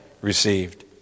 received